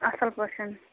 اَصٕل پٲٹھۍ